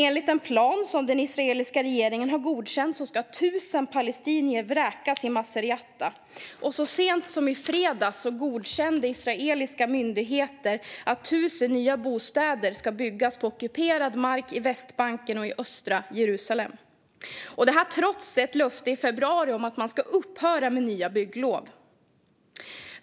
Enligt en plan som den israeliska regeringen har godkänt ska 1 000 palestinier vräkas i Masafer Yatta. Och så sent som i fredags godkände israeliska myndigheter att 1 000 nya bostäder ska byggas på ockuperad mark på Västbanken och i östra Jerusalem - detta trots ett löfte i februari om att man ska upphöra med nya bygglov.